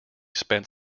spent